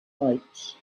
heights